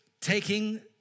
taking